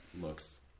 looks